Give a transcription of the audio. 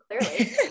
clearly